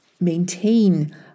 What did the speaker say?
maintain